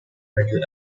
medal